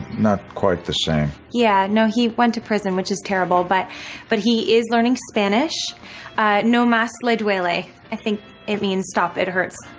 not quite the same yeah. no he went to prison which is terrible. but but he is learning spanish ah no no mass led willie i think it means stop. it hurts.